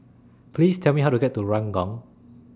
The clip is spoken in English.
Please Tell Me How to get to Ranggung